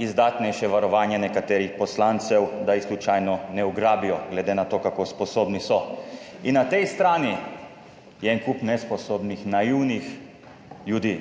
izdatnejše varovanje nekaterih poslancev, da jih slučajno ne ugrabijo, glede na to, kako sposobni so. In na tej strani je en kup nesposobnih, naivnih ljudi.